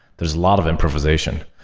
there's a lot of improvisation.